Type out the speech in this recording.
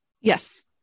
Yes